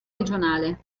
regionale